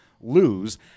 lose